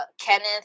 Kenneth